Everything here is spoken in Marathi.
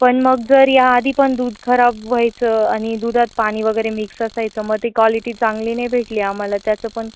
पण मग जर या आधी पण दूध खराब व्हायचं आणि दूधात पाणी वगैरे मिक्स असायचं मग ती क्वालिटी चांगली नाही भेटली आम्हाला त्याचं पण